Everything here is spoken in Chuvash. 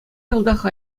йӑлтах